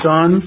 Son